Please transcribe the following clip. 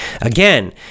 Again